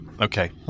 okay